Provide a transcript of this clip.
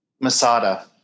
Masada